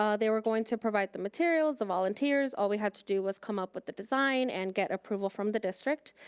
they were going to provide the materials, the volunteers. all we had to do was come up with the design and get approval from the district.